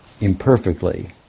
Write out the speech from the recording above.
imperfectly